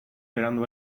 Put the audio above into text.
berandu